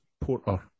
Porter